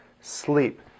sleep